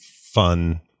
fun